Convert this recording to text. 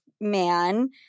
man